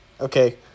Okay